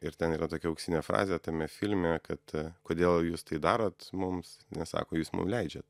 ir ten yra tokia auksinė frazė tame filme kad kodėl jūs tai darot mums nes sako jūs mum leidžiat